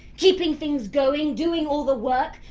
keeping things going, doing all the work,